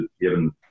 Given